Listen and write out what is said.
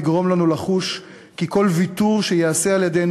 לגרום לנו לחוש כי כל ויתור שייעשה על-ידינו